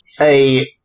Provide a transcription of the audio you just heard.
a-